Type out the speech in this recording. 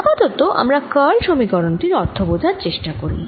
আপাতত আমরা কার্ল সমীকরণ টির অর্থ বোঝার চেষ্টা করি